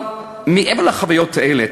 אבל מעבר לחוויות האלה,